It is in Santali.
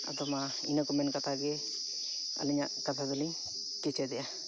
ᱟᱫᱚ ᱢᱟ ᱤᱱᱟᱹᱠᱚ ᱢᱮᱱ ᱠᱟᱛᱮᱜᱮ ᱟᱹᱞᱤᱧᱟᱜ ᱠᱟᱛᱷᱟ ᱫᱚᱞᱤᱧ ᱠᱮᱪᱮᱫᱮᱜᱼᱟ